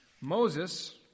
Moses